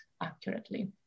accurately